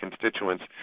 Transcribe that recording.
constituents